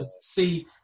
See